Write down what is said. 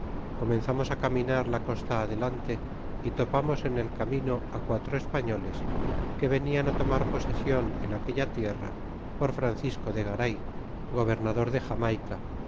comenzamos caminar la costa adelante y topamos en el camino quatro españoles que venian tomar posésion en aquella tierra por francisco de garay gobernador de jamayca